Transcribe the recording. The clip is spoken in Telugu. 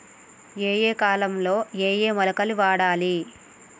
ఏయే కాలంలో ఏయే మొలకలు వాడాలి?